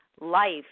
life